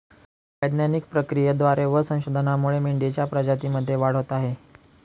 वैज्ञानिक प्रक्रियेद्वारे व संशोधनामुळे मेंढीच्या प्रजातीमध्ये वाढ होत आहे